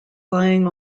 lying